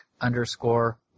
underscore